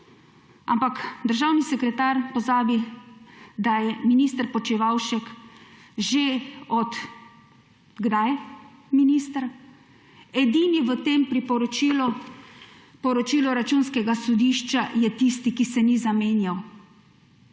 Ampak državni sekretar pozabi, da je minister Počivalšek že – od kdaj minister? Edini v tem poročilu Računskega sodišča je tisti, ki se ni zamenjal.